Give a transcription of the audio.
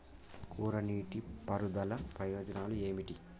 కోరా నీటి పారుదల ప్రయోజనాలు ఏమిటి?